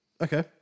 Okay